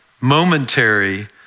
momentary